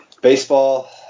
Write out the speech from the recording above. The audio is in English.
Baseball